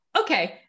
okay